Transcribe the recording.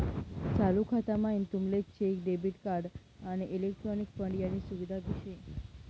चालू खाता म्हाईन तुमले चेक, डेबिट कार्ड, आणि इलेक्ट्रॉनिक फंड यानी सुविधा भी शे